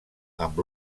amb